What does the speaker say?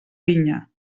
vinya